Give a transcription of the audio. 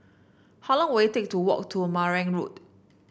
how long will it take to walk to Marang Road